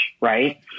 right